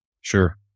Sure